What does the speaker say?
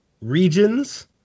Regions